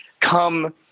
come